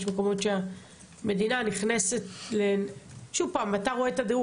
שהמדינה נכנסת ומסייעת.